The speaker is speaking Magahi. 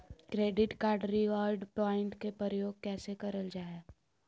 क्रैडिट कार्ड रिवॉर्ड प्वाइंट के प्रयोग कैसे करल जा है?